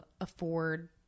afford